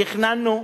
תכנַנו,